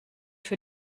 für